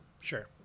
Sure